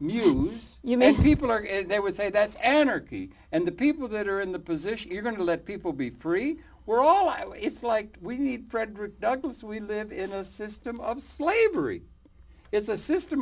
muse you may people are in there would say that's anarchy and the people that are in the position you're going to let people be free we're all i want it's like we need frederick douglass we live in a system of slavery is a system